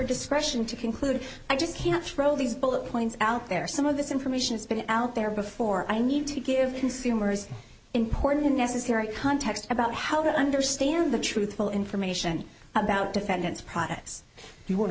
discretion to conclude i just can't throw these bullet points out there some of this information has been out there before i need to give consumers important necessary context about how to understand the truthful information about defendants products you want to